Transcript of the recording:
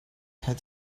had